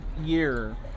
year